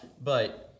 But-